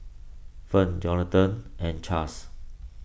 Fern Johathan and Chas